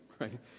right